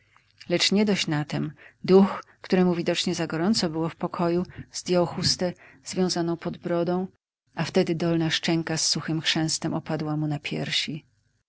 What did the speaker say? lecz niedość na tem duch któremu widocznie za gorąco było w pokoju zdjął chustkę związaną pod brodą a wtedy dolna szczęka z suchym chrzęstem opadła mu na piersi